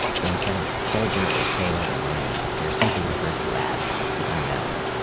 so instead of soldier or sailor or marine, they're simply referred to as the unknown.